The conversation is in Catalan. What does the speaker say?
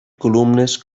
columnes